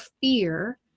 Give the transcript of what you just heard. fear